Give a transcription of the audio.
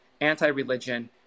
anti-religion